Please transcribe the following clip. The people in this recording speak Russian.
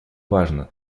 важно